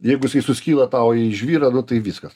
jeigu jisai suskyla tau į žvyrą nu tai viskas